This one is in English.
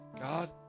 God